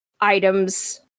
items